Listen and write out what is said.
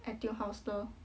Etude House lor